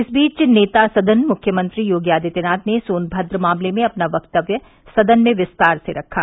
इस बीच नेता सदन मुख्यमंत्री योगी आदित्यनाथ ने सोनभद्र मामले में अपना वक्तव्य सदन में विस्तार से रखा